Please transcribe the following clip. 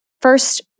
first